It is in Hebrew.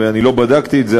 אני לא בדקתי את זה,